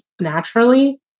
naturally